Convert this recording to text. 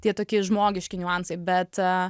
tie tokie žmogiški niuansai bet